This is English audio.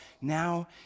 now